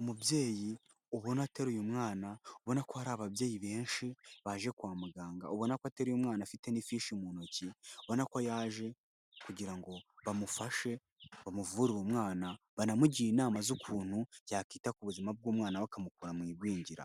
Umubyeyi ubona ateruye mwana, ubona ko hari ababyeyi benshi baje kwa muganga, ubona ko ateruye umwana afite n'ifishi mu ntoki, ubona ko yaje kugira ngo bamufashe bamuvurire uwo mwana banamugira inama z'ukuntu yakwita ku buzima bw'umwana we bakamukura mu igwingira,